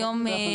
נשים.